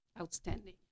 outstanding